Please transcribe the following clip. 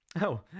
Oh